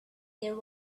there